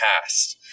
past